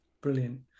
Brilliant